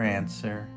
answer